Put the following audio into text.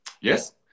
yes